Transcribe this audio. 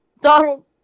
Donald